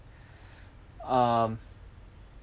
um